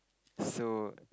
so